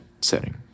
setting